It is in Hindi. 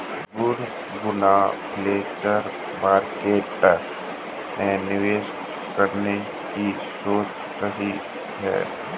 गुनगुन फ्युचर मार्केट में निवेश करने की सोच रही है